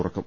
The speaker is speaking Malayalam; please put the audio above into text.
തുറക്കും